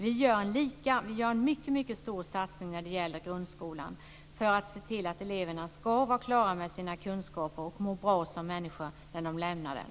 Vi gör en mycket stor satsning på grundskolan för att se till att eleverna ska vara klara med sina kunskaper och må bra som människor när de lämnar den.